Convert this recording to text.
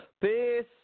Peace